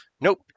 Nope